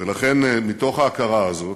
ולכן, מתוך ההכרה הזאת,